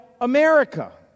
America